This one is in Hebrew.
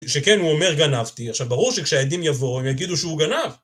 שכן הוא אומר גנבתי, עכשיו ברור שכשהעדים יבואו הם יגידו שהוא גנב.